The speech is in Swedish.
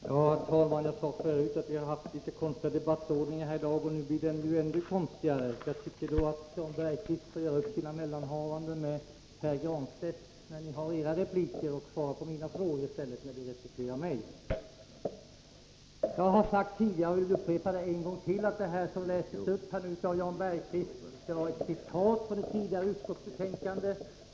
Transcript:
Herr talman! Jag sade förut att vi haft en någon konstig debattordning här i dag, och nu blir den ännu konstigare. Jag tycker att Jan Bergqvist borde göra upp sina mellanhavanden med Pär Granstedt när ni har era repliker och i stället svara på mina frågor när han replikerar mig. Jag har sagt det tidigare och vill upprepa det en gång till att det som Jan Bergqvist nu läste upp var ett citat ur tidigare utskottsbetänkanden.